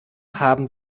haben